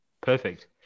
perfect